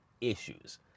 issues